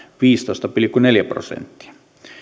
viisitoista pilkku neljä prosenttia